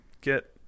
get